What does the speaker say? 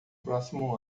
próximo